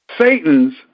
Satan's